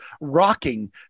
rocking